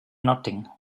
nothing